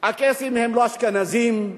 הקייסים הם לא אשכנזים,